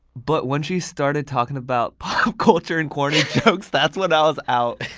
but when she started talking about pop culture and corny jokes, that's when i was out